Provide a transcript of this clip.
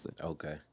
Okay